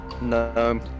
No